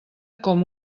com